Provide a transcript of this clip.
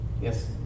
Yes